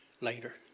later